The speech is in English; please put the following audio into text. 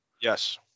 Yes